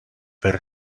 were